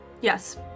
Yes